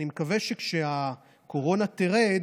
אני מקווה שכשהקורונה תרד,